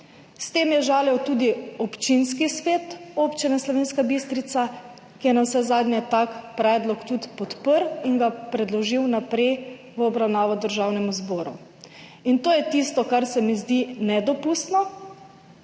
S tem je žalil tudi občinski svet občine Slovenska Bistrica, ki je navsezadnje tak predlog tudi podprl in ga predložil naprej v obravnavo Državnemu zboru. To je tisto, kar se mi zdi nedopustno,